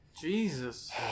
jesus